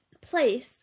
place